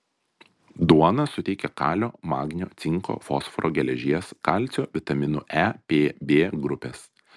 duona suteikia kalio magnio cinko fosforo geležies kalcio vitaminų e p b grupės